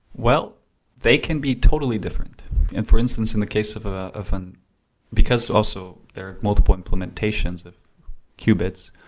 well they can be totally different and for instance in the case of ah of an because also there are multiple implementations of qubits,